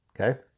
okay